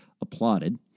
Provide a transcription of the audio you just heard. applauded